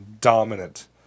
dominant